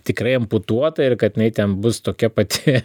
tikrai amputuota ir kad jinai ten bus tokia pati